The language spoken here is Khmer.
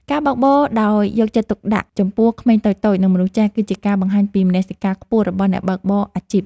ការបើកបរដោយយកចិត្តទុកដាក់ចំពោះក្មេងតូចៗ និងមនុស្សចាស់ គឺជាការបង្ហាញពីមនសិការខ្ពស់របស់អ្នកបើកបរអាជីព។